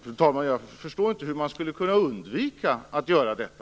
Fru talman! Jag förstår inte hur man skulle kunna undvika att göra detta.